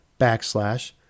backslash